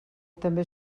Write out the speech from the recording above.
també